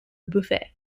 buffet